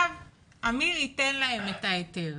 אמיר ייתן להם את ההיתר,